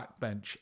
backbench